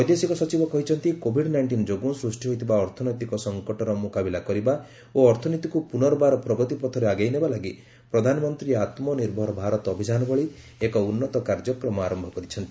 ବୈଦେଶିକ ସଚିବ କହିଛନ୍ତି କୋଭିଡ୍ ନାଇଷ୍ଟିନ୍ ଯୋଗୁଁ ସୃଷ୍ଟି ହୋଇଥିବା ଅର୍ଥନୈତିକ ସଂକଟର ମୁକାବିଲା କରିବା ଓ ଅର୍ଥନୀତିକୁ ପୁନର୍ବାର ପ୍ରଗତି ପଥରେ ଆଗେଇ ନେବା ଲାଗି ପ୍ରଧାନମନ୍ତ୍ରୀ ଆତ୍ମନିର୍ଭର ଭାରତ ଅଭିଯାନ ଭଳି ଏକ ଉନ୍ନତ କାର୍ଯ୍ୟକ୍ରମ ଆରମ୍ଭ କରିଛନ୍ତି